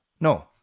No